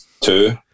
two